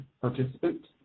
participant